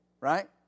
right